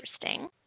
interesting